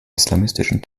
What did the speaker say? islamistischen